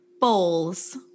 Bowls